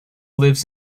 lives